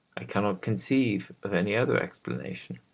i cannot conceive of any other explanation.